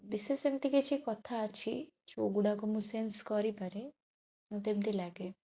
ବିଶେଷ ଏମିତି କିଛି କଥା ଅଛି ଯେଉଁଗୁଡ଼ାକ ମୁଁ ସେନ୍ସ କରିପାରେ ମୋତେ ଏମିତି ଲାଗେ